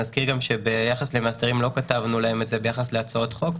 נזכיר גם שביחס למאסדרים לא כתבנו להם את זה ביחס להצעות חוק.